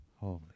Holy